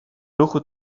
ruchu